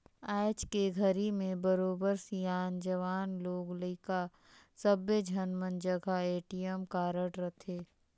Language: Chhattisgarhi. आयज के घरी में बरोबर सियान, जवान, लोग लइका सब्बे झन मन जघा ए.टी.एम कारड रथे